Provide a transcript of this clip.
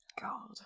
God